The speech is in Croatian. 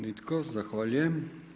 Nitko, zahvaljujem.